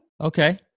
Okay